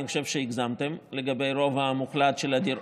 אני חושב שהגזמתם לגבי הרוב המוחלט של הדירות.